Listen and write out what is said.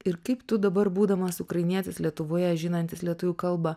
ir kaip tu dabar būdamas ukrainietis lietuvoje žinantis lietuvių kalbą